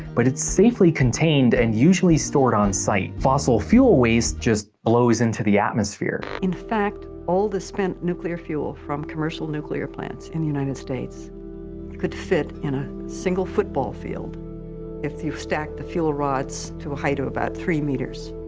but it's safely contained and usually stored on site. fossil fuel waste just blows into the atmosphere. in fact, all the spent nuclear fuel from commercial nuclear plants in the united states could fit in a single football field if you stacked the fuel rods to a height of about three meters